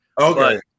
Okay